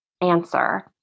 answer